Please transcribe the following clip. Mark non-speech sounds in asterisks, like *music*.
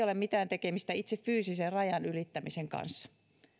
*unintelligible* ole mitään tekemistä itse fyysisen rajan ylittämisen kanssa